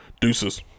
Deuces